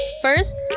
First